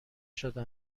شده